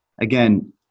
again